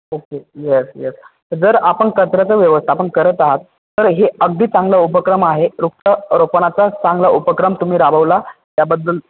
okay yes yes जर आपण कचऱ्याचा व्यवस्थापन करत आहात तर हे अगदी चांगलं उपक्रम आहे रुक्त रोपणाचा चांगला उपक्रम तुम्ही राबवला त्याबद्दल